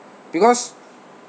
because